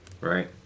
Right